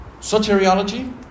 soteriology